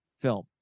film